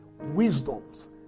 wisdoms